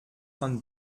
von